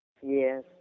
Yes